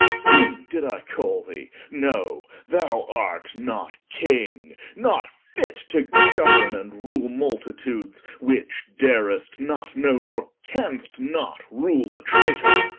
king did i call thee? no thou art not king not fit to gouerne and rule multitudes, which dar'st not, no nor canst not rule a traitor.